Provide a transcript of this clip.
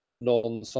non